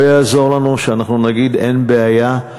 לא יעזור לנו שאנחנו נגיד: אין בעיה.